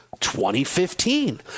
2015